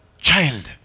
Child